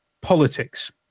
Politics